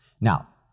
Now